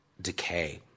decay